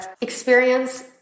experience